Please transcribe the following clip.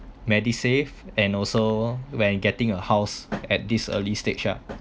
MediSave and also when getting a house at this early stage ah